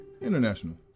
international